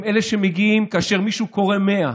הם אלה שמגיעים כאשר מישהו קורא ל-100,